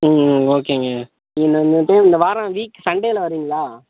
ம் ம் ஓகேங்க நீங்கள் வந்துட்டு இந்த வாரம் வீக் சண்டேயில் வரீங்களா